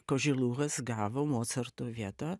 kožiluhas gavo mocarto vietą